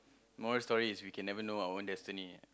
moral of the story is we can never know our own destiny